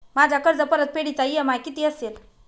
माझ्या कर्जपरतफेडीचा इ.एम.आय किती असेल?